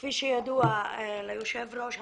כפי שידוע ליושב ראש,